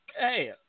hey